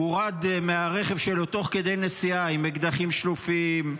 מורד מהרכב שלו תוך כדי נסיעה עם אקדחים שלופים,